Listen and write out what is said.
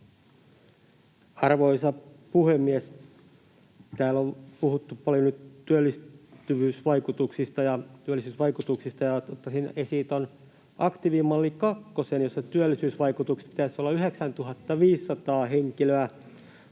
nyt työllistyvyysvaikutuksista ja työllisyysvaikutuksista, ja ottaisin esiin tuon aktiivimalli kakkosen, jossa työllisyysvaikutusten pitäisi olla 9 500 henkilöä